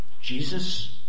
Jesus